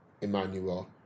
emmanuel